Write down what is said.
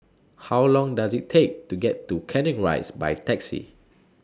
How Long Does IT Take to get to Canning Rise By Taxi